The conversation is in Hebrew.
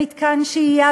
במתקן שהייה,